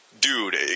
Dude